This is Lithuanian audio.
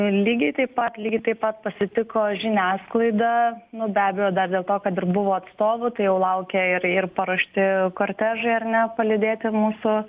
lygiai taip pat lygiai taip pat pasitiko žiniasklaida nu be abejo dar dėl to kad ir buvo atstovų tai jau laukė ir ir paruošti kortežai ar ne palydėti mūsų